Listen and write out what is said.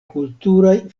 kulturaj